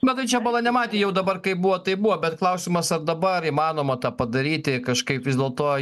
na tai čia bala nematė jau dabar kaip buvo taip buvo bet klausimas ar dabar įmanoma tą padaryti kažkaip vis dėlto